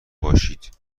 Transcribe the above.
باشید